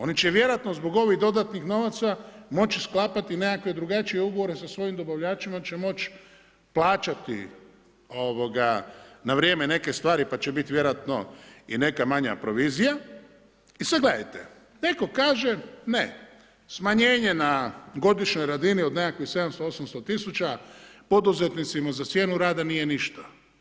Oni će vjerojatno zbog ovih dodatnih novaca moći sklapati nekakve drugačije ugovore sa svojim dobavljačima jer će moći plaćati na vrijeme neke stvari pa će biti vjerojatno i neka manja provizija i sad gledajte, netko kaže ne, smanjenje na godišnjoj razini od nekakvih 700, 800 000 poduzetnicima za cijenu rada nije ništa.